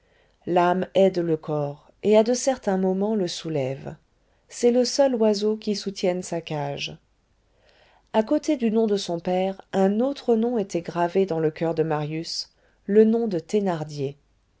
l'âme aide le corps et à de certains moments le soulève c'est le seul oiseau qui soutienne sa cage à côté du nom de son père un autre nom était gravé dans le coeur de marius le nom de thénardier